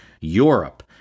Europe